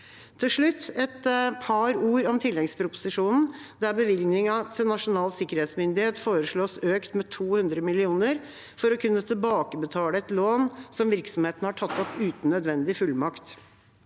Til slutt et par ord om tilleggsproposisjonen, der bevilgningen til Nasjonal Sikkerhetsmyndighet foreslås økt med 200 mill. kr for å kunne tilbakebetale et lån som virksomheten har tatt opp uten nødvendig fullmakt.